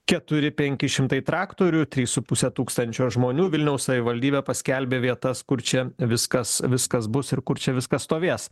keturi penki šimtai traktorių trys su puse tūkstančio žmonių vilniaus savivaldybė paskelbė vietas kur čia viskas viskas bus ir kur čia viskas stovės